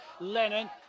Lennon